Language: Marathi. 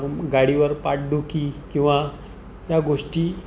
गाडीवर पाठदुखी किंवा या गोष्टी